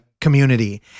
community